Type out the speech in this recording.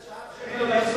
זו שעת שאלות,